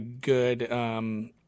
good